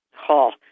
hall